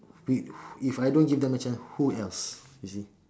if if I don't give them a chance who else you see